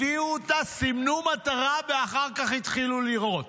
הביאו אותה, סימנו מטרה, ואחר כך התחילו לירות.